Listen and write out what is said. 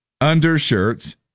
undershirts